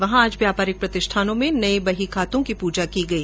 वहां आज व्यापारिक प्रतिष्ठानों में नए बहीखातों की पूजा की गई